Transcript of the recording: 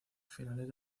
finales